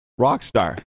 Rockstar